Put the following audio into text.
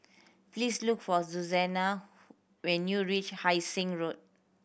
please look for Susannah when you reach Hai Sing Road